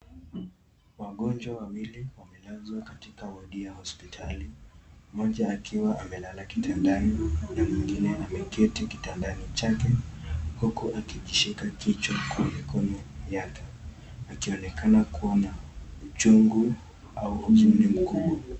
Wagonjwa wawili wamelazwa katika wadi ya hospitali mmoja akiwa amelala kitandani mwingine ameketi kitandani chake huku akijishika kichwa kwenye mikono yake akionekana kuwa na uchungu au umri mkuu.